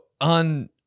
on